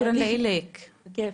חייאתי, שוקראן, אמיצה.